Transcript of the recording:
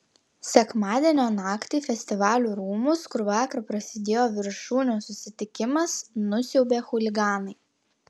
sekmadienio naktį festivalių rūmus kur vakar prasidėjo viršūnių susitikimas nusiaubė chuliganai